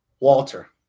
Walter